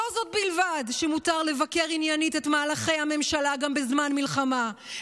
לא זו בלבד שמותר לבקר עניינית את מהלכי הממשלה גם בזמן מלחמה,